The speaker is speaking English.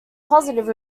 positive